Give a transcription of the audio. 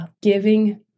Giving